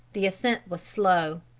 the ascent was slow.